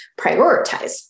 prioritize